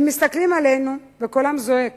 הם מסתכלים עלינו וקולם זועק